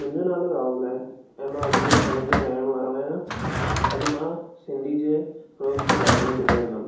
मुंहिंजो नालो राहुल आहे ऐं मां अजमेर शेहर जो रहण वारो आहियां अॼु मां सिंधी जे योग जे बारे में ॿुधाईंदमि